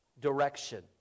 direction